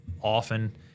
often